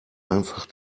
einfach